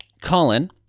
Colin